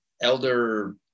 elder